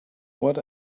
what